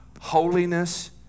holiness